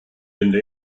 into